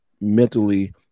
mentally